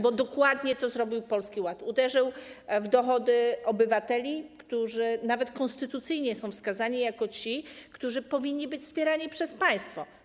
Bo dokładnie to zrobił Polski Ład - uderzył w dochody obywateli, którzy nawet konstytucyjnie są wskazani jako ci, którzy powinni być wspierani przez państwo.